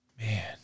man